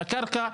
בקרקע,